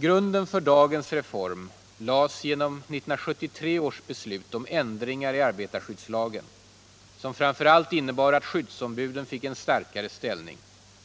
Grunden för dagens reform lades genom 1973 års beslut om ändringar i arbetarskyddslagen — som framför allt innebar att skyddsombuden fick en starkare ställning